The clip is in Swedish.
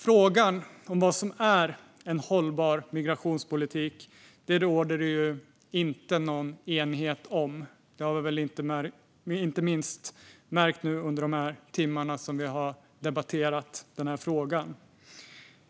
Frågan om vad som är en hållbar migrationspolitik råder det inte någon enighet om. Det har vi inte minst märkt nu under de timmar som vi har debatterat den här frågan.